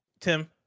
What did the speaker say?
Tim